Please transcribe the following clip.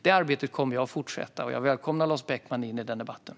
Det arbetet kommer jag att fortsätta, och jag välkomnar Lars Beckman in i den debatten.